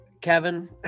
kevin